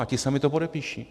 A ti samí to podepíší?